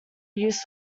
used